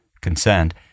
Concerned